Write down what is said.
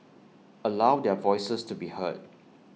allow their voices to be heard